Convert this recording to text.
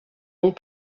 ont